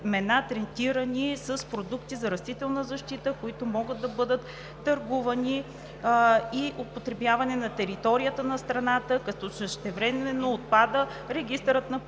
семената, третирани с продукти за растителна защита, които могат да бъдат търгувани и употребявани на територията на страната, като същевременно отпада регистърът на продуктите